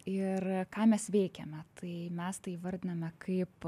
ir ką mes veikiame tai mes tai įvardiname kaip